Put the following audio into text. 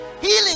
Healing